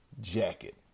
jacket